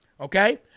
Okay